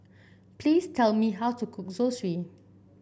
please tell me how to cook Zosui